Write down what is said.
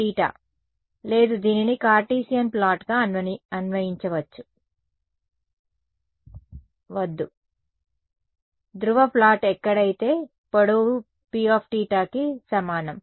theta లేదు దీనిని Cartesian plot గా అన్వయించవద్దు ధ్రువ ప్లాట్ ఎక్కైడైతే పొడవు Pθ కి సమానం